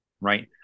Right